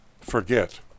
forget